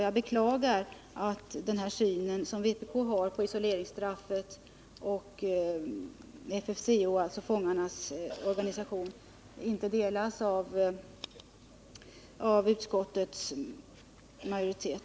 Jag beklagar att den syn vpk har på isoleringsstraffet och på FFCO, fångarnas organisation, inte delas av utskottets majoritet.